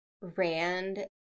Rand